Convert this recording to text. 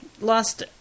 lost